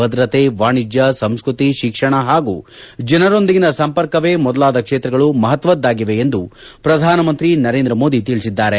ಭದ್ರತೆ ವಾಣಿಜ್ಲ ಸಂಸ್ಕೃತಿ ಶಿಕ್ಷಣ ಹಾಗೂ ಜನರೊಂದಿಗಿನ ಸಂಪರ್ಕವೇ ಮೊದಲಾದ ಕ್ಷೇತ್ರಗಳು ಮಹತ್ವದ್ದಾಗಿವೆ ಎಂದು ಪ್ರಧಾನಮಂತ್ರಿ ನರೇಂದ್ರ ಮೋದಿ ತೆಳಿಸಿದ್ದಾರೆ